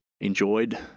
enjoyed